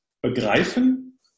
Begreifen